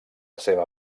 seva